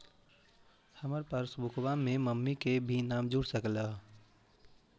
हमार पासबुकवा में मम्मी के भी नाम जुर सकलेहा?